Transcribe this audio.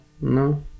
No